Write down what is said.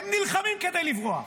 הם נלחמים כדי לברוח.